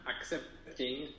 accepting